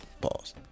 Pause